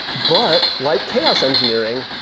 but like chaos engineering,